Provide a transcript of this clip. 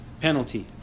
penalty